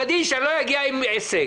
כדי שאני כחרדי לא אגיע עם הישג.